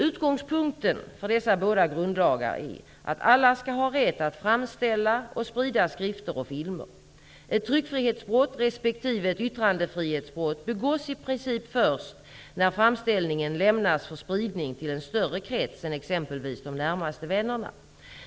Utgångspunkten för dessa båda grundlagar är att alla skall ha rätt att framställa och sprida skrifter och filmer. Ett tryckfrihetsbrott respektive ett yttrandefrihetsbrott begås i princip först när framställningen lämnas för spridning till en större krets än exempelvis de närmaste vännerna.